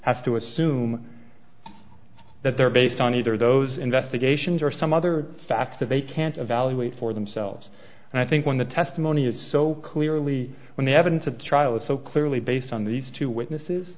has to assume that they're based on either those investigations or some other facts of a can't evaluate for themselves and i think when the testimony is so clearly when the evidence at trial is so clearly based on these two witnesses